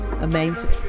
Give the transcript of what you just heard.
amazing